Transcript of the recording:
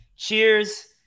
Cheers